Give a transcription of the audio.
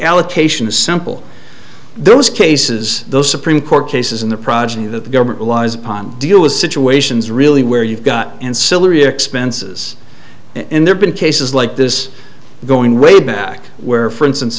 allocation is simple those cases those supreme court cases in the progeny that the government relies upon deal with situations really where you've got and similarly expenses in there been cases like this going way back where for instance